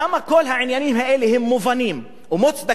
למה כל העניינים האלה הם מובנים ומוצדקים,